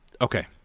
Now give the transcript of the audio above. Okay